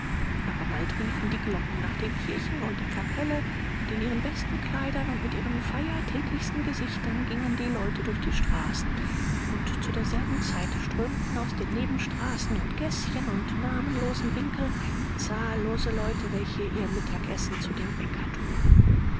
aber bald riefen die glocken nach den kirchen und der kapelle und in ihren besten kleidern und mit ihren feiertäglichsten gesichtern gingen die leute durch die straßen und zu derselben zeit strömten aus den nebenstraßen und gäßchen und namenlosen winkeln zahllose leute welche ihr mittagsessen zu dem bäcker trugen